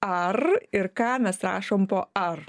ar ir ką mes rašom po ar